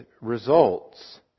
results